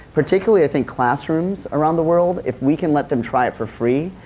particularly i think classrooms around the world, if we can let them try it for free,